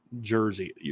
jersey